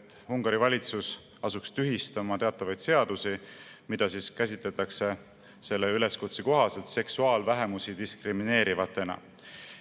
et Ungari valitsus asuks tühistama teatavaid seadusi, mida käsitletakse selle üleskutse kohaselt seksuaalvähemusi diskrimineerivatena.